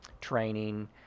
Training